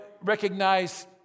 recognize